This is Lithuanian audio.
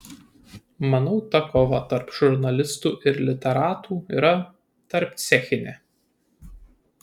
manau ta kova tarp žurnalistų ir literatų yra tarpcechinė